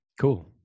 Cool